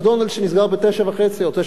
שנסגר ב-21:30 או 21:15,